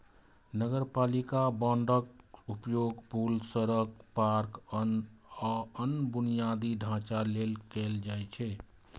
नगरपालिका बांडक उपयोग पुल, सड़क, पार्क, आ अन्य बुनियादी ढांचा लेल कैल जाइ छै